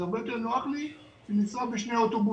זה הרבה יותר נוח לי מלנסוע בשני אוטובוסים.